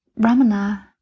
Ramana